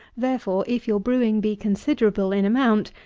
therefore, if your brewing be considerable in amount,